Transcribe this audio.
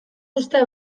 uzta